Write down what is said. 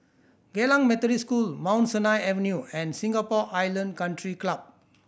Geylang Methodist School Mount Sinai Avenue and Singapore Island Country Club